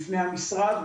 לפני המשרד,